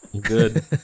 Good